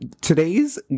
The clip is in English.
today's